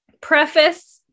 Preface